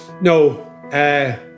No